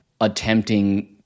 attempting